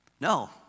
No